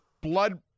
blood